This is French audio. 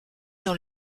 dans